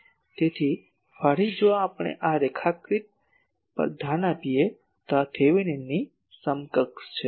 તેથી ફરી જો આપણે આ રેખાકૃતિ પર ધ્યાન આપીએ તો આ થેવેનિનની સમકક્ષ છે